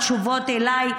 בתשובות אליי,